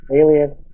alien